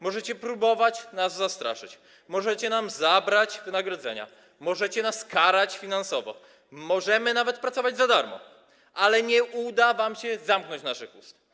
Możecie próbować nas zastraszyć, możecie nam zabrać wynagrodzenia, możecie nas karać finansowo, możemy nawet pracować za darmo, ale nie uda wam się zamknąć naszych ust.